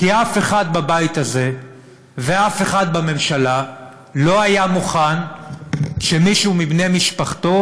כי אף אחד בבית הזה ואף אחד בממשלה לא היה מוכן שמישהו מבני משפחתו